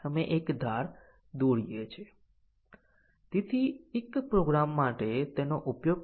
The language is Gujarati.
આ પ્રશ્નનો જવાબ આપવા માટે કે બેઝીક કન્ડીશન ની કવરેજ ડીસીઝન કવરેજ ને પૂર્ણ કરતી નથી